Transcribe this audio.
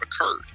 occurred